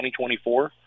2024